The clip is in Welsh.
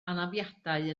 anafiadau